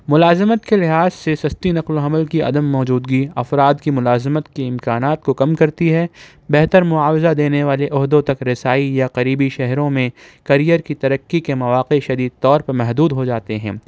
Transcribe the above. ملازمت کے لحاظ سے سستی نقل و حمل کی عدم موجودگی افراد کی ملازمت کے امکانات کو کم کرتی ہے بہتر معاوضہ دینے والی عہدوں تک رسائی یا قریبی شہروں میں کریئر کی ترقی کے مواقع شدید طور پر محدود ہو جاتے ہیں